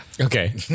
Okay